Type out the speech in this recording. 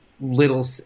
little